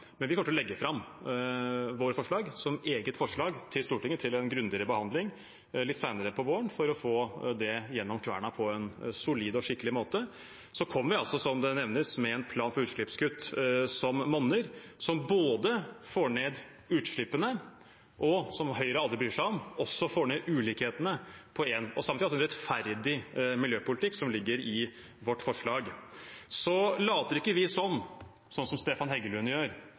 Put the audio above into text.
men vi kommer til å legge fram våre forslag som et eget forslag til Stortinget for en grundigere behandling litt senere på våren for å få det gjennom kvernen på en solid og skikkelig måte. Så kommer vi, som det nevnes, med en plan for utslippskutt som monner, som både får ned utslippene og – som Høyre aldri bryr seg om – også får ned ulikhetene på en og samme tid, altså en rettferdig miljøpolitikk, som ligger i vårt forslag. Så later ikke vi som, sånn som Stefan Heggelund gjør,